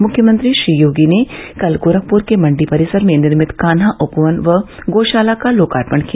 मुख्यमंत्री श्री योगी ने कल गोरखपूर के मण्डी परिसर में निर्मित कान्हा उपवन व गो षाला का लोकार्पण किया